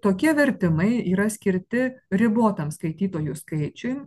tokie vertimai yra skirti ribotam skaitytojų skaičiui